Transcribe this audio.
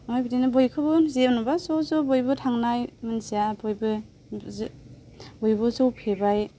बिदिनो बयखौबो जेन'बा ज' ज' बयबो थांनाय मानसिआ बयबो बयबो जौ फेबाय